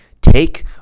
take